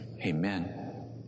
Amen